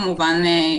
כמובן,